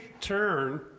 turn